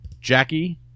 Jackie